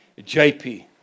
JP